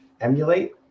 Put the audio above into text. emulate